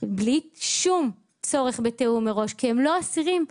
בלי שום צורך בתיאום מראש כי הם לא אסירים.